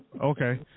Okay